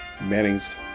Mannings